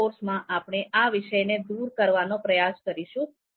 આ કોર્સમાં આપણે આ વિશે ને દૂર કરવાનો પ્રયાસ કરીશું